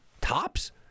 tops